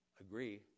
agree